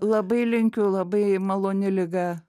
labai linkiu labai maloni liga